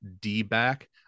D-back